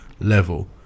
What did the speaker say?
level